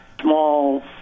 small